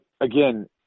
again